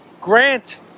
Grant